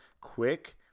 quick